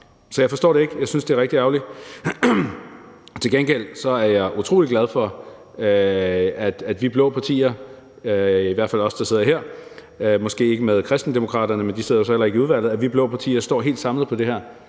Så jeg forstår det ikke, og jeg synes, det er rigtig ærgerligt. Til gengæld er jeg utrolig glad for, at vi blå partier, i hvert fald os, der sidder her – måske ikke med Kristendemokraterne, men de sidder jo så heller ikke i udvalget – står helt samlet på det her,